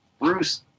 Bruce